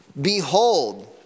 Behold